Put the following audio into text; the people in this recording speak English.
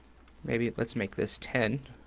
maybe let's make this ten.